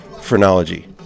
Phrenology